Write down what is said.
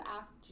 Ask